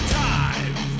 time